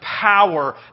power